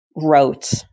wrote